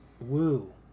Woo